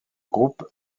groupe